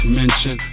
mention